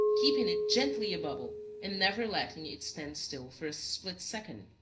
keeping it gently a-bubble and never letting it stand still for a split second.